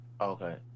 Okay